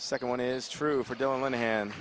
second one is true for doing one hand